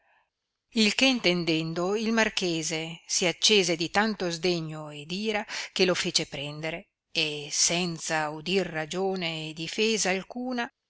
il che intendendo il marchese si accese di tanto sdegno ed ira che lo fece prendere e senza udir ragione e difesa alcuna